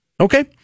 Okay